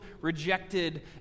rejected